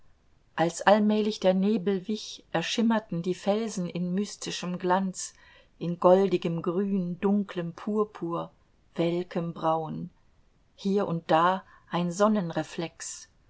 als allmählich der nebel wich erschimmerten die felsen in mystischem glanz in goldigem grün dunklem purpur welkem braun hier und da ein